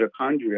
mitochondria